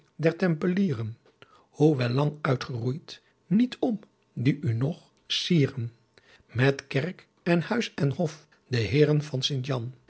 der templieren hoewel lang uytgeroeyt niet om die u noch zieren met kerck en huys en hoff de heeren van